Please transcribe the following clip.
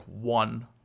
one